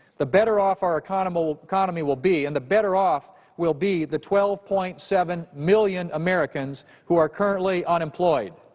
the better off our economy will economy will be and the better off will be the twelve point seven million americans who are currently unemployed.